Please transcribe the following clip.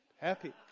happy